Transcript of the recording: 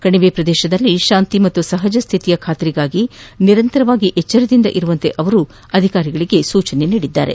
ಕಣಿವೆಯಲ್ಲಿ ಶಾಂತಿ ಮತ್ತು ಸಹಜಸ್ಥಿತಿಯ ಖಾತ್ರಿಗಾಗಿ ನಿರಂತರವಾಗಿ ಎಚ್ಚರದಿಂದಿರುವಂತೆ ಅವರು ಅಧಿಕಾರಿಗಳಿಗೆ ಸೂಚಿಸಿದ್ದಾರೆ